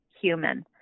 human